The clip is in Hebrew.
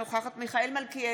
אינה נוכחת מיכאל מלכיאלי,